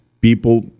People